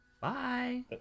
Bye